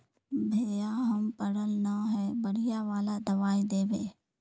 भैया हम पढ़ल न है बढ़िया वाला दबाइ देबे?